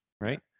Right